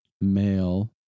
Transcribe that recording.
male